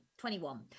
21